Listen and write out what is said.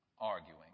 arguing